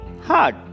hard